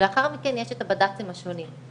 ולאחר מכן יש את הבד"צים השונים.